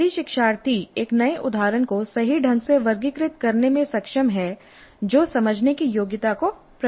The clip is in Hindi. यदि शिक्षार्थी एक नए उदाहरण को सही ढंग से वर्गीकृत करने में सक्षम है जो समझने की योग्यता को प्रदर्शित करता है